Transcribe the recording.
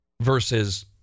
versus